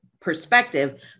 perspective